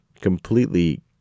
completely